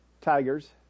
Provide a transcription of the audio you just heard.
tigers